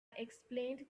explained